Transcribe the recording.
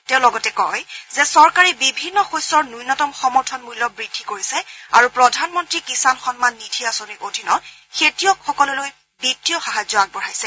তেওঁ লগতে কয় যে চৰকাৰে বিভিন্ন শস্যৰ ন্যূনতম সমৰ্থনমূল্য বৃদ্ধি কৰিছে আৰু প্ৰধানমন্ত্ৰী কিযাণ সম্মান নিধি আঁচনিৰ অধীনত খেতিয়কসকললৈ বিত্তীয় সাহায্য আগবঢ়াইছে